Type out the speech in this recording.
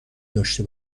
داشته